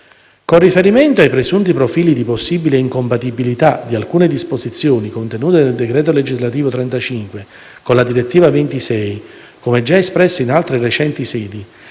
Con riferimento ai presunti profili di possibile incompatibilità di alcune disposizioni contenute nel decreto legislativo n. 35 con la direttiva 26 - come già espresso in altre recenti sedi